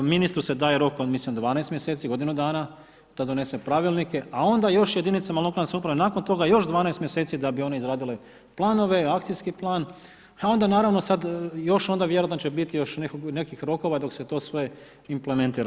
Ministru se daje rok od mislim 12 mjeseci, godinu dana da donese pravilnike, a onda još jedinicama lokalne samouprave nakon toga još 12 mjeseci da bi one izradile planove, akcijski plan, a onda naravno sad još onda vjerojatno će biti nekih rokova dok se to sve implementira.